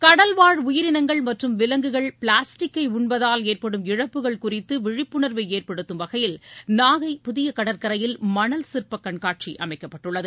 கடல்வாழ் உயிரினங்கள் மற்றும் விலங்குகள் பிளாஸ்டிக்கை உண்பதால் ஏற்படும் இழப்புகள் குறித்து விழிப்புணர்வை ஏற்படுத்தும் வகையில் நாகை புதிய கடற்கரையில் மணல்சிற்ப கண்காட்சி அமைக்கப்பட்டுள்ளது